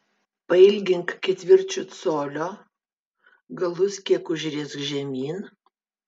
pailgink ketvirčiu colio galus kiek užriesk žemyn